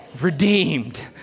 redeemed